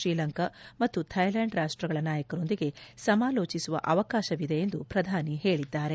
ಶ್ರೀಲಂಕಾ ಮತ್ತು ಥ್ನೆಲ್ಯಾಂಡ್ ರಾಷ್ಮಗಳ ನಾಯಕರೊಂದಿಗೆ ಸಮಾಲೋಚಿಸುವ ಅವಕಾಶವಿದೆ ಎಂದು ಪ್ರಧಾನಿ ಹೇಳಿದ್ದಾರೆ